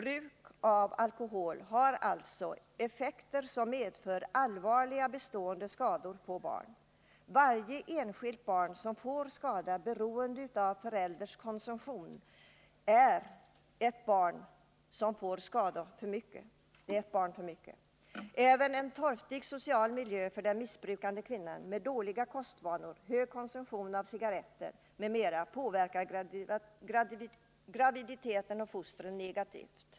Bruk av alkohol har alltså effekter som medför allvarliga bestående skador på barn. Varje enskilt barn som får skador beroende av förälders konsumtion av alkohol är ett skadat barn för mycket. Även en torftig social miljö för den missbrukande kvinnan med dåliga kostvanor, hög konsumtion av cigarretter m.m. påverkar graviditeten och fostret negativt.